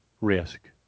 risk